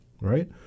right